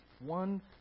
one